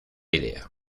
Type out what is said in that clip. idea